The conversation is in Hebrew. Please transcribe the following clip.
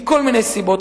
מכל מיני סיבות,